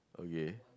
okay